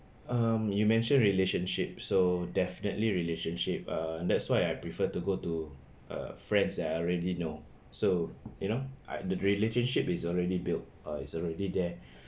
um you mentioned relationship so definitely relationship uh that's why I prefer to go to err friends that I already know so you know I the relationship is already built or is already there